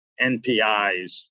NPIs